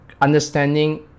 understanding